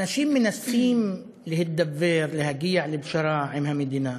אנשים מנסים להידבר, להגיע לפשרה עם המדינה,